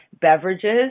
beverages